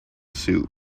suit